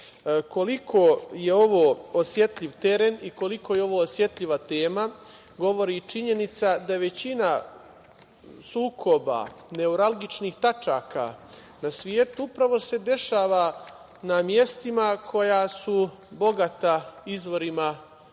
Koliko je ovo osetljiv teren i koliko je ovo osetljiva tema, govori i činjenica da većina sukoba, neuralgičnih tačaka na svetu upravo se dešava na mestima koja su bogata izvorima energije.